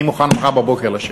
אני מוכן מחר בבוקר לשבת.